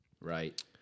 right